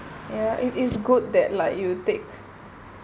ya it is good that like you take